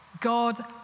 God